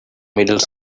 middle